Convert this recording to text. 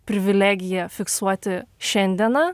privilegiją fiksuoti šiandieną